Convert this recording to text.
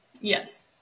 Yes